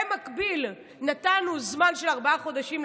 במקביל נתנו זמן של ארבעה חודשים,